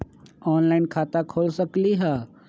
Online खाता खोल सकलीह?